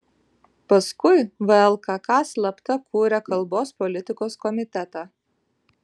paskui vlkk slapta kūrė kalbos politikos komitetą